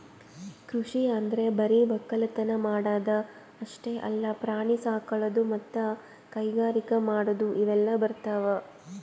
ಕೃಷಿ ಅಂದ್ರ ಬರಿ ವಕ್ಕಲತನ್ ಮಾಡದ್ ಅಷ್ಟೇ ಅಲ್ಲ ಪ್ರಾಣಿ ಸಾಕೊಳದು ಮತ್ತ್ ಕೈಗಾರಿಕ್ ಮಾಡದು ಇವೆಲ್ಲ ಬರ್ತವ್